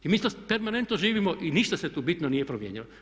I mi to permanentno živimo i ništa se tu bitno nije promijenilo.